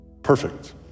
Perfect